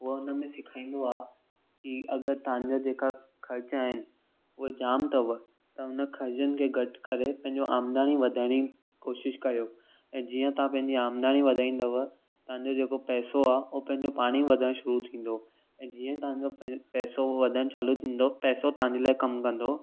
उहा उन में सेखारींदो आहे की अगरि तव्हांजा जेका ख़र्चा आहिनि उहे जाम अथव त उन ख़र्चनि खे घटि करे पंहिंजो आमदाणी वधाइण जी कोशिशि कयो ऐं जीअं तव्हां पंहिंजी आमदाणी वधाईंदव तव्हांजो जेको पैसो आहे उहो पंहिंजो पाण ई वधणु शुरु थींदो ऐं जीअं तव्हांजो पै पैसो वधणु चालू थींदो पैसो तव्हांजे लाइ कमु कंदो